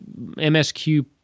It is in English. MSQ